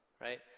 right